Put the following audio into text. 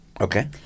okay